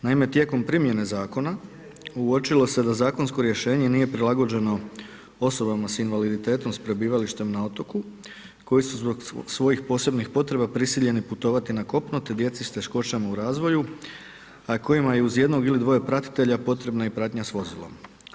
Naime, tijekom primjene zakona, uočilo se da zakonsko rješenje nije prilagođeno osobama sa invaliditetom s prebivalištem na otoku koji su zbog svojih posebnih potreba prisiljeni putovati na kopno te djeci s teškoćama u razvoju a kojima je uz jednog ili dvoje pratitelja potreba i pratnja s vozilom.